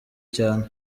cyane